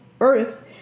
earth